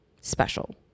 special